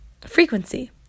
frequency